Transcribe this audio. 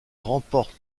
remporte